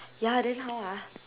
ya then how ah